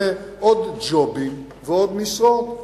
זה עוד ג'ובים ועוד משרות.